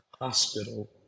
hospital